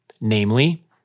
Namely